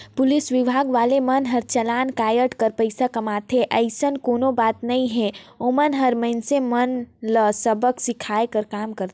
police विभाग वाले मन हर चलान कायट कर पइसा कमाथे अइसन कोनो बात नइ हे ओमन हर मइनसे मन ल सबक सीखये कर काम करथे